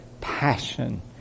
passion